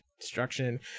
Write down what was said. destruction